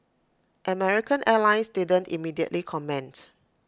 American airlines didn't immediately comment